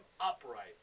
upright